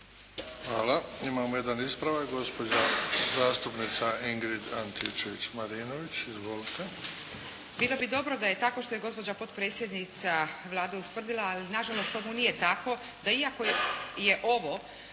Hvala. Imamo jedan ispravak, gospođa zastupnica Ingrid Antičević-Marinović. Izvolite. **Antičević Marinović, Ingrid (SDP)** Bilo bi dobro da je tako što je gospođa potpredsjednica Vlade ustvrdila, ali nažalost, tomu nije tako, da iako je ovo